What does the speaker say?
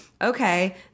Okay